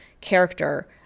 character